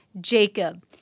Jacob